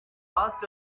passed